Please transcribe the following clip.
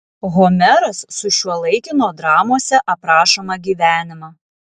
homeras sušiuolaikino dramose aprašomą gyvenimą